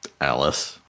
Alice